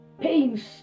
pains